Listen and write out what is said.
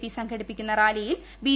P സംഘടിപ്പിക്കുന്ന റാലിയിൽ B